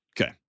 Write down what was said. Okay